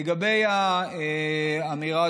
לגבי האמירה,